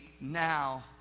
now